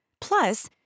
Plus